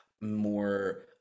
more